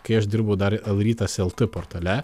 kai aš dirbu dar el rytas lt portale